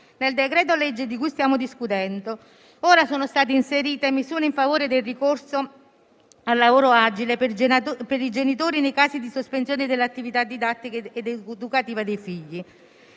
Nel decreto-legge di cui stiamo discutendo sono state inserite misure a favore del ricorso al lavoro agile per i genitori nei casi di sospensione delle attività didattiche ed educative dei figli.